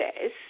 says